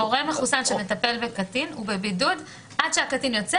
הורה מחוסן שמטפל בקטין הוא בבידוד עד שהקטין יוצא,